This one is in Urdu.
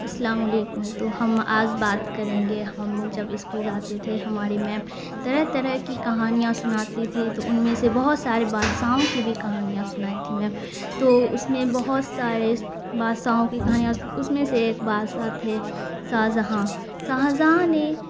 السلام وعلیکم تو ہم آج بات کریں گے ہم جب اسکول جاتے تھے ہمارے میم طرح طرح کی کہانیاں سناتی تھیں تو ان میں سے بہت سارے بادشاہؤں کی بھی کہانیاں سنائی تھیں میم تو اس میں بہت سارے بادشاہؤں کی کہانیاں اس میں سے ایک بادشاہ تھے شاہ جہاں شاہ جہاں نے